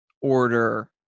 order